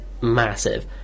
massive